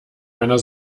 meiner